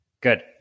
Good